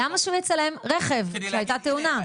למה שהוא יצלם רכב כשהייתה תאונה?